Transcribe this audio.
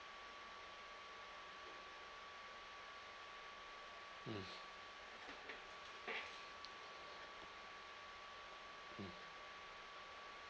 mm mm